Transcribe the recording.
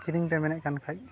ᱠᱤᱨᱤᱧ ᱯᱮ ᱢᱮᱱᱮᱫ ᱠᱟᱱ ᱠᱷᱟᱡ